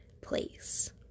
place